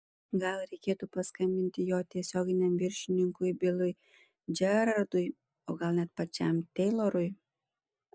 gal reikėtų paskambinti jo tiesioginiam viršininkui bilui džerardui o gal net pačiam teilorui